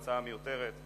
ההצעה מיותרת.